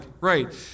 Right